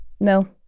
No